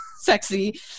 sexy